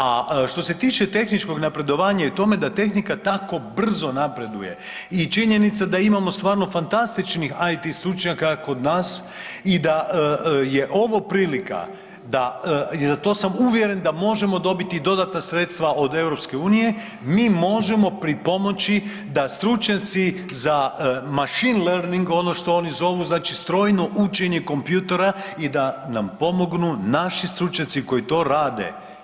A što se tiče tehničkog napredovanja i tome da tehnika tako brzo napreduje i činjenica da imamo stvarno fantastičnih IT stručnjaka kod nas i da je ovo prilika da, za to sam uvjeren da možemo dobiti i dodatna sredstva od EU, mi možemo pripomoći da stručnjaci za machine learning, ono što oni zovu, znači strojno učenje kompjutera i da nam pomognu naši stručnjaci koji to rade.